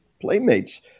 playmates